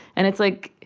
and it's like,